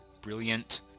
brilliant